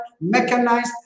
mechanized